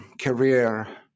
career